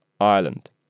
Ireland